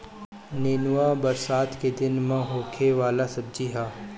नेनुआ बरसात के दिन में होखे वाला सब्जी हअ